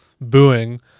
booing